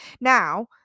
Now